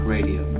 Radio